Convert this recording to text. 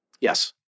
Yes